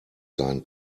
sein